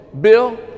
Bill